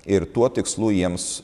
ir tuo tikslu jiems